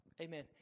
Amen